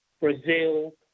Brazil